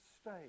stay